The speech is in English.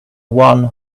one